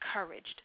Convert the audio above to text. encouraged